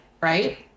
right